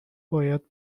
باید